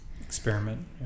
Experiment